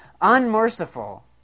unmerciful